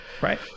Right